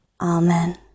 Amen